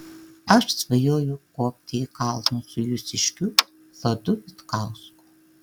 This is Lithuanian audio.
aš svajoju kopti į kalnus su jūsiškiu vladu vitkausku